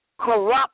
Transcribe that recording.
corrupt